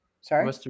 Sorry